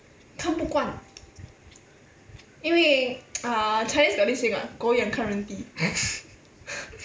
她不管因为 uh chinese got this saying what 狗眼看人低